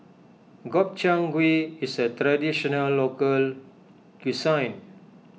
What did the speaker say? Gobchang Gui is a Traditional Local Cuisine